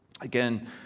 Again